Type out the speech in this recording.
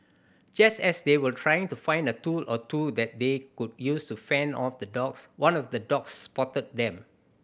just as they were trying to find a tool or two that they could use to fend off the dogs one of the dogs spotted them